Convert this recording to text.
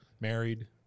Married